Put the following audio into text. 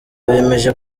bemeje